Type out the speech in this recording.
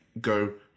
go